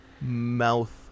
Mouth